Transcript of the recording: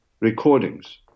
recordings